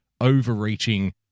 overreaching